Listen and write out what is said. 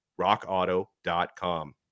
rockauto.com